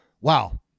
Wow